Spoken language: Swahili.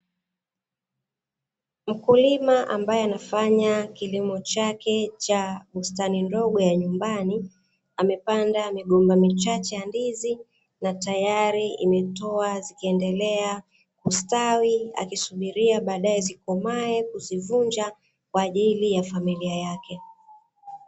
Mkulima ambaye anafanya kilimo chake cha bustani ndogo ya nyumbani, amepanda migomba michache ya ndizi na tayari imetoa zikiendelea kustawi, akisubiria baadae zikomae kuzivunja kwa ajili ya familia yake.